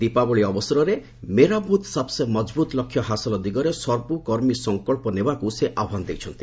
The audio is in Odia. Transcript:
ଦୀପାବଳି ଅବସରରେ ମେରା ବୃଥ୍ ସବ୍ସେ ମଜବୁତ୍ ଲକ୍ଷ୍ୟ ହାସଲ ଦିଗରେ ସବୁ କର୍ମୀ ସଙ୍କଚ୍ଚ ନେବାକୁ ସେ ଆହ୍ବାନ ଦେଇଛନ୍ତି